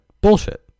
bullshit